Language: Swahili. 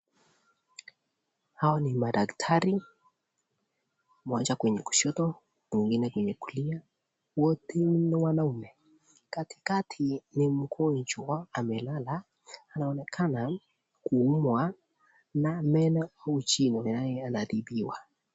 Hao ni madaktari moja kwenye kushoto, mwingine kwenye kulia. Wote ni wanaume. Katikati ni mgonjwa amelala. Anaonekana kuumwa na meno au jino na anatibiwa.